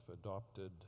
adopted